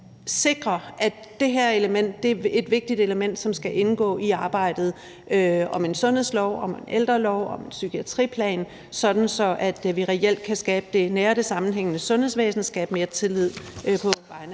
sikre, at det her element er et vigtigt element, som skal indgå i arbejdet om en sundhedslov, om en ældrelov, om en psykiatriplan, sådan at vi reelt kan skabe det nære og det sammenhængende sundhedsvæsen og skabe mere tillid på vegne